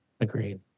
Agreed